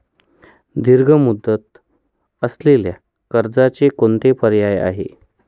दीर्घ मुदत असलेल्या कर्जाचे कोणते पर्याय आहे?